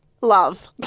Love